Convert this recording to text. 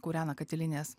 kūrena katilinės